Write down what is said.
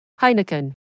Heineken